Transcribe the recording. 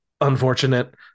unfortunate